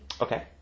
Okay